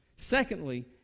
Secondly